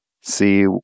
see